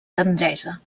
tendresa